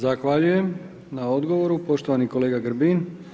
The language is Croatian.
Zahvaljujem na odgovoru poštovani kolega Grbin.